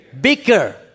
bigger